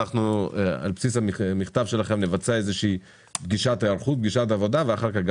על בסיס המכתב שלכם נבצע איזו פגישת עבודה ואחר-כך גם